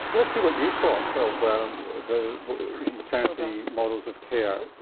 so let's see what you thought of the maternity models of care,